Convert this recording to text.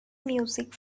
music